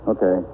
Okay